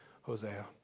Hosea